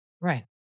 Right